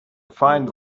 find